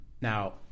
Now